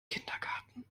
kindergarten